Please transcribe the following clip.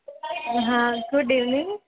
એ હા good evening